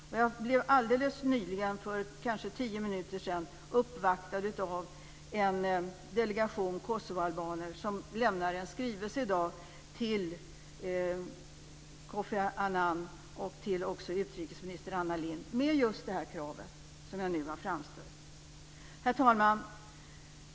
Jag blev alldeles nyligen, för kanske tio minuter sedan, uppvaktad av en delegation kosovoalbaner som lämnade en skrivelse i dag till Kofi Annan och även till utrikesminister Anna Lindh med just det krav som jag nu har framställt. Herr talman!